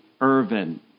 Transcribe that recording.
Irvin